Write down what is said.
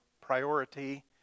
priority